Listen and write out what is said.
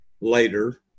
later